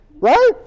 Right